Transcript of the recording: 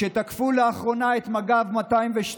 שתקפו לאחרונה את מג"ב 202,